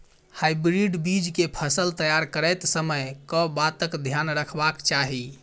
Hybrid बीज केँ फसल तैयार करैत समय कऽ बातक ध्यान रखबाक चाहि?